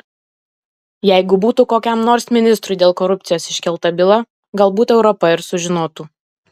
jeigu būtų kokiam nors ministrui dėl korupcijos iškelta byla galbūt europa ir sužinotų